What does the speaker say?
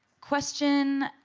question,